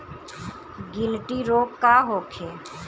गिलटी रोग का होखे?